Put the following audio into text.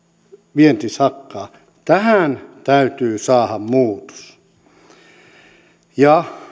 vienti sakkaa tähän täytyy saada muutos ja